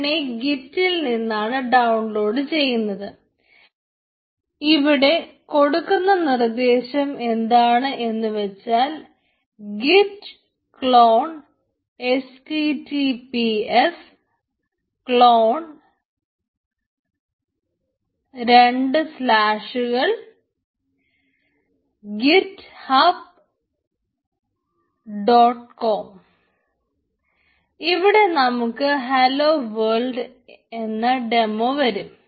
അതിനെ ഗിറ്റിൽ എന്ന ഡെമോ വരും